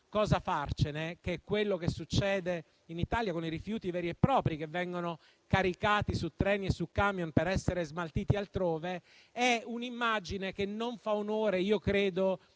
cosa farcene, che è quello che succede in Italia con i rifiuti veri e propri, che vengono caricati su treni e camion per essere smaltiti altrove, è un'immagine che credo